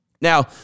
Now